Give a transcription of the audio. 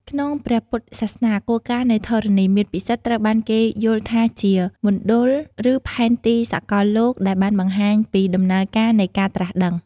ក្នុងព្រះពុទ្ធសាសនា គោលការណ៍នៃធរណីមាត្រពិសិដ្ឋត្រូវបានគេយល់ថាជាមណ្ឌល ឬផែនទីសកលលោកដែលបានបង្ហាញពីដំណើរការនៃការត្រាស់ដឹង។